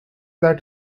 that